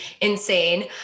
insane